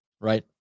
right